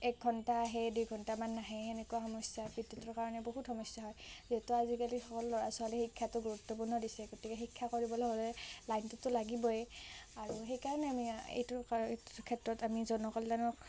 এক ঘণ্টা আহে দুই ঘণ্টামান নাহে এনেকুৱা সমস্যা বিদ্যুতৰ কাৰণে বহুত সমস্যা হয় যিহেতু আজিকালি অকল ল'ৰা ছোৱালীৰ শিক্ষাটো গুৰুত্বপূৰ্ণ দিছে গতিকে শিক্ষা কৰিবলৈ হ'লে লাইনটোতো লাগিবই আৰু সেইকাৰণে এইটোৰ কা ক্ষেত্ৰত আমি জনকল্যাণক